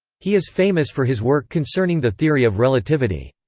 he is famous for his work concerning the theory of relativity.